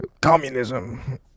Communism